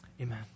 Amen